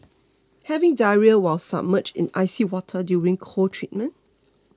having diarrhoea while submerged in icy water during cold treatment